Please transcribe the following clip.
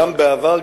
גם בעבר,